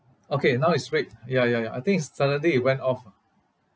okay now it's red ya ya ya I think it's suddenly it went off